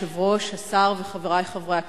השר וחברי חברי הכנסת,